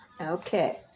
Okay